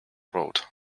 road